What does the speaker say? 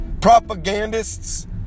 propagandists